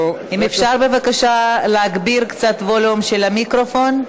אפשר בבקשה להגביר קצת את הווליום של המיקרופון?